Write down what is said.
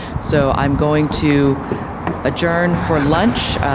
so i'm going to adjourn for lunch